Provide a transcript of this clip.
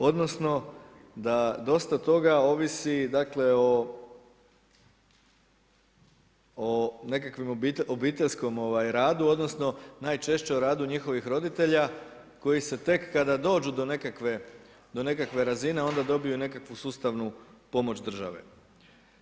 Odnosno, da dosta toga ovisi dakle, o nekakvom obiteljskom radu, odnosno najčešće o radu njihovih roditelja koji se tak kada dođu do nekakve razine onda dobiju nekakvu sustavu pomoć države.